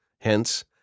Hence